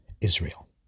Israel